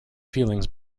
feelings